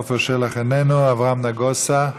עפר שלח, איננו, אברהם נגוסה,